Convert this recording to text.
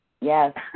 Yes